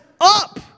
up